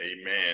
Amen